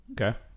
Okay